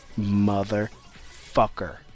Motherfucker